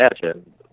imagine